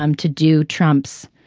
um to do trump's